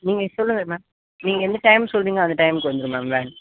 நீங்கள் சொல்லுங்கள் மேம் நீங்கள் எந்த டைம் சொல்லுறீங்களோ அந்த டைம்முக்கு வந்துவிடும் மேம் வேன்